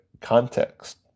context